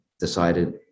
decided